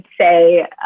say